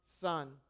Son